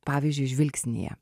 pavyzdžiui žvilgsnyje